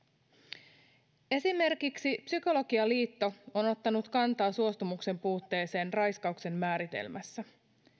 esimerkiksi psykologiliitto on ottanut kantaa suostumuksen puutteeseen raiskauksen määritelmässä